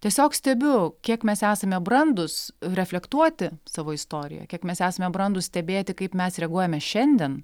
tiesiog stebiu kiek mes esame brandūs reflektuoti savo istoriją kiek mes esame brandūs stebėti kaip mes reaguojame šiandien